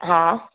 हा